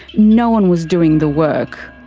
no one was doing the work.